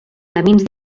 camins